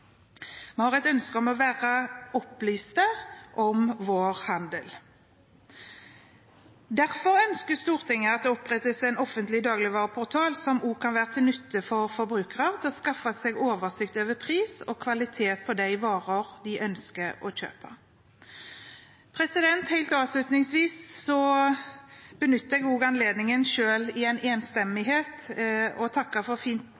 Vi har et ønske om å være opplyst om vår handel. Derfor ønsker Stortinget at det opprettes en offentlig dagligvareportal som kan være til nytte for forbrukere, gjennom å skaffe dem oversikt over pris og kvalitet på de varer de ønsker å kjøpe. Helt avslutningsvis benytter jeg også anledningen – selv med en enstemmighet – til å takke for fint